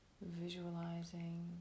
visualizing